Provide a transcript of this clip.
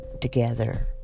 together